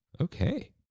Okay